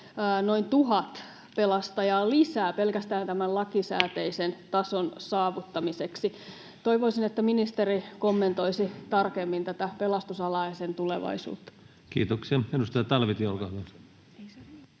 noin tuhat pelastajaa lisää pelkästään tämän lakisääteisen tason saavuttamiseksi. Toivoisin, että ministeri kommentoisi tarkemmin tätä pelastusalaa ja sen tulevaisuutta. [Speech 6] Speaker: Ensimmäinen varapuhemies